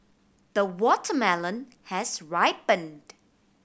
the watermelon has ripened